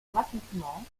gratuitement